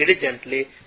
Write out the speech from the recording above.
diligently